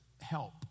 help